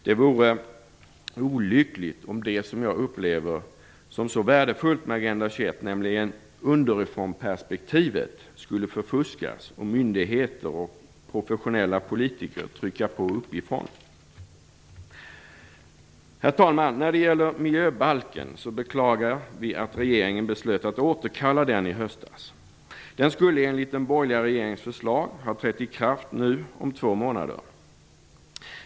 Det vore olyckligt om det som jag upplever som så värdefullt med Agenda 21, nämligen underifrånperspektivet, skulle förfuskas och myndigheter och professionella politiker trycka på uppifrån. Herr talman! Vi beklagar att regeringen beslöt att återkalla förslaget till miljöbalk i höstas. Den skulle enligt den borgerliga regeringens förslag ha trätt i kraft om två månader.